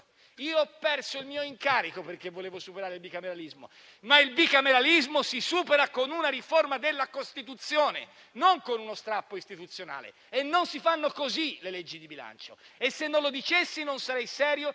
Io ho perso il mio incarico perché volevo superare il bicameralismo. Quest'ultimo però si supera con una riforma della Costituzione, non con uno strappo istituzionale e non si fanno così le leggi di bilancio. Se non lo dicessi non sarei serio